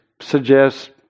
suggest